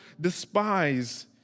despise